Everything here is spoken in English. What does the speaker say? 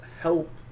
help